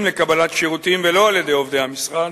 לקבלת שירותים ולא על-ידי עובדי המשרד,